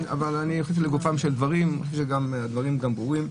לגופם של דברים, אני חושב שהדברים ברורים.